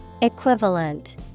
Equivalent